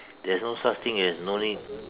there's no such thing as no need